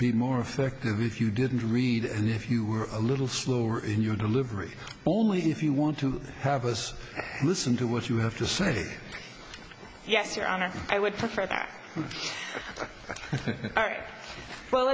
be more effective if you didn't read it if you were a little slower in your delivery but only if you want to have us listen to what you have to say yes your honor i would prefer that all right well